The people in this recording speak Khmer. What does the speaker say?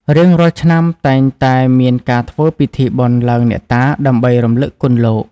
រៀងរាល់ឆ្នាំ តែងតែមានការធ្វើពិធីបុណ្យឡើងអ្នកតាដើម្បីរំលឹកគុណលោក។